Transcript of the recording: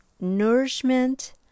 nourishment